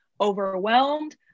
overwhelmed